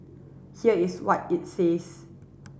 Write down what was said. here is what it says